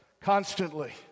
constantly